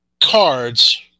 cards